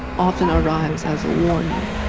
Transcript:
often arrives as a warning.